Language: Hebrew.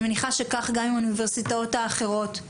אני מניחה שכך גם עם האוניברסיטאות האחרות.